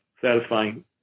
satisfying